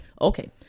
Okay